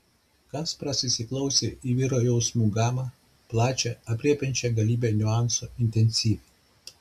kasparas įsiklausė į vyro jausmų gamą plačią aprėpiančią galybę niuansų intensyvią